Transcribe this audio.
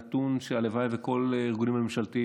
זה נתון שהלוואי שכל הארגונים הממשלתיים